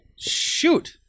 Shoot